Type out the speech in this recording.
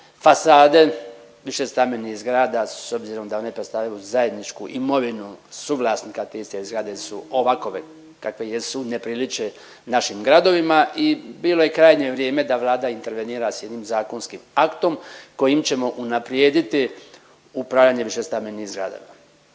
fasade višestambenih zgrada s obzirom da one predstavljaju zajedničku imovinu suvlasnika te iste zgrade su ovakove kakve jesu, ne priliče našim gradovima i bilo je krajnje vrijeme da Vlada intervenira s jednim zakonskim aktom kojim ćemo unaprijediti upravljanje višestambenim zgradama.